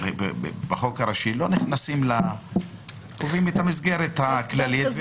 שבחוק הראשי לא נכנסים אלא קובעים את המסגרת הכללית.